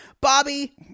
bobby